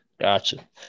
Gotcha